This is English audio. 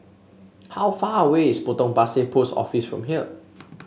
how far away is Potong Pasir Post Office from here